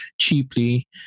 cheaply